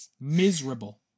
Miserable